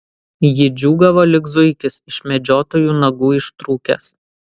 ji džiūgavo lyg zuikis iš medžiotojų nagų ištrūkęs